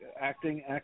acting